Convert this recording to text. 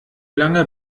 lange